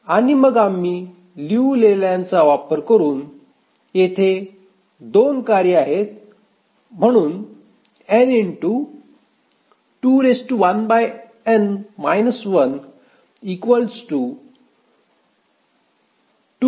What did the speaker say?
आणि मग आम्ही लिऊ लेलँचा उपयोग करू कारण येथे 2 कार्ये आहेत n21n−1 2212−1 0